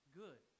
good